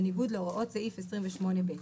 בניגוד להוראות סעיף 28(ב).